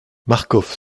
marcof